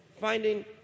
finding